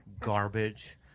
garbage